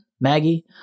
Maggie